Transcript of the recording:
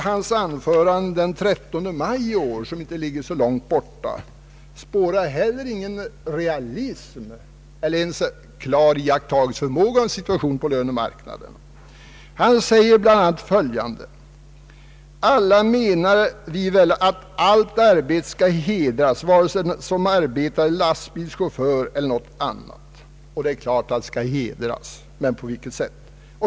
Hans anförande den 13 maj i år, som ju inte ligger så långt tillbaka i tiden, innehåller heller ingen realism eller ens en klar iakttagelseförmåga när det gäller situationen på lönemarknaden. Han säger bl.a. följande: ”Alla menar vi väl att allt arbete skall hedras, vare sig den som arbetar är lastbilschaufför eller någonting annat.” Det är klart att allt arbete skall hedras, men på vilket sätt?